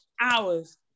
hours